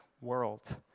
world